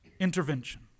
intervention